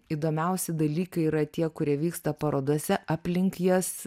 įdomiausi dalykai yra tie kurie vyksta parodose aplink jas